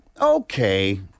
Okay